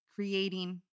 creating